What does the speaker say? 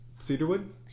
Cedarwood